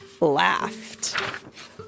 laughed